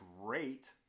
great